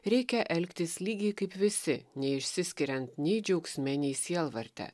reikia elgtis lygiai kaip visi neišsiskiriant nei džiaugsme nei sielvarte